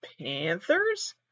Panthers